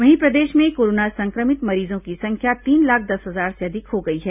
वहीं प्रदेश में कोरोना संक्रमित मरीजों की संख्या तीन लाख दस हजार से अधिक हो गई है